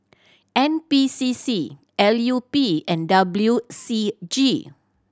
N P C C L U P and W C G